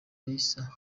raisa